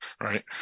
right